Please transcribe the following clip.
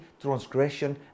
transgression